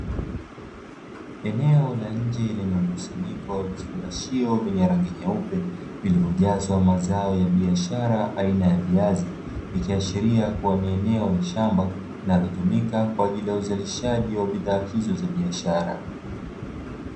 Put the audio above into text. Eneo la nje lenye mkusanyiko wa vifungashio vyenye rangi nyeupe vilivyo jazwa mazao ya biashara aina ya viazi, ikiashiria kuwa ni eneo la shamba linalotumika kwa ajili ya uzalishaji wa bidhaa hizo za biashara